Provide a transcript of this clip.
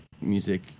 music